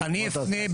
מה תעשה?